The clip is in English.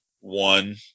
one